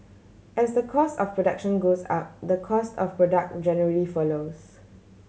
as the cost of production goes up the cost of product generally follows